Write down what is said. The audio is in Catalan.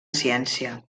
ciència